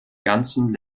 ganzen